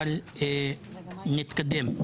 אבל נתקדם.